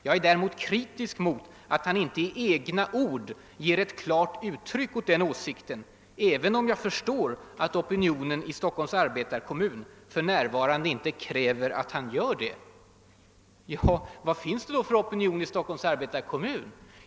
Jag är däremot kritisk mot att han inte i egna ord ger ett klart uttryck åt den åsikten, även om jag förstår att opinio nen i Stockholms arbetarekommun för närvarande inte kräver att han gör det.» Ja, vad finns det då för opinion i Stockholms arbetarekommun?